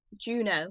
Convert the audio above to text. Juno